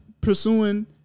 pursuing